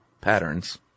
patterns